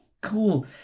cool